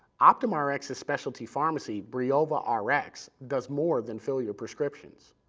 optumrx's specialty pharmacy, briovarx, does more than fill your prescriptions.